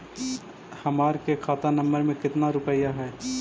हमार के खाता नंबर में कते रूपैया है?